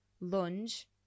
lunge